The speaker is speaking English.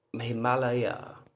Himalaya